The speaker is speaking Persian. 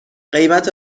قیمت